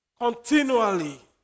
continually